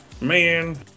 Man